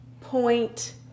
point